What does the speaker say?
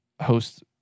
host